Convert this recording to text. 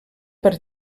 per